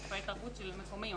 מופעי תרבות מקומיים.